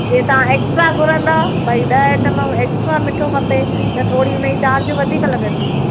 जीअं तव्हां एक्स्ट्रा घुरंदौ भई ॾह आइटम एक्स्ट्रा मिठो खपे त थोरी हुन जी चार्ज वधीक लॻंदी